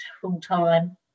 full-time